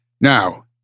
Now